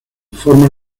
forma